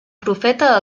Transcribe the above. profeta